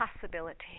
possibility